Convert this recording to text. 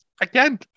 Again